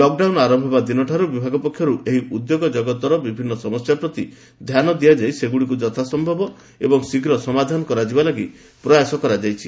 lockdown ଆରୟ ହେବା ଦିନ ଠାରୁ ବିଭାଗ ପକ୍ଷରୁ ଏହି ଉଦ୍ୟୋଗ ଜଗତର ବିଭିନ୍ନ ସମସ୍ୟା ପ୍ରତି ଧ୍ୟାନ ଦିଆଯାଇ ସେଗୁଡ଼ିକୁ ଯଥାସ୍ୟବ ଶୀଘ୍ର ସମାଧନ କରାଯିବା ଲାଗି ପ୍ରୟାସ କରାଯାଇଛି